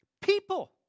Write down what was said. people